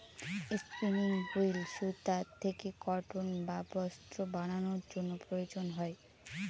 spinning wheel সুতা থেকে cotton বা বস্ত্র বানানোর জন্য প্রয়োজন হয়